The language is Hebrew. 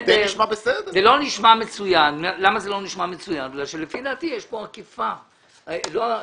זה לא נשמע מצוין כי לפי דעתי יש כאן עקיפה של החוק.